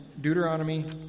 Deuteronomy